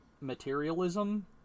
materialism